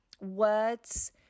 words